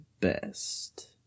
best